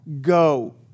go